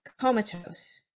comatose